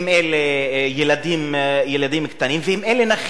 אם אלה ילדים קטנים ואם אלה נכים.